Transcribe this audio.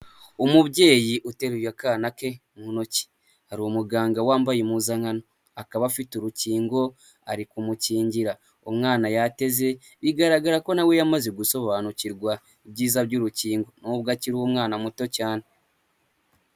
Umubyeyi uteruye akana ke mu ntoki hari umuganga wambaye impuzankano akaba afite urukingo ari kumukingira umwana yateze bigaragara ko nawe yamaze gusobanukirwa ibyiza by'urukingo nubwo akiri umwana muto cyane.